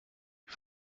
ich